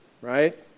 right